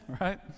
right